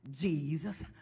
Jesus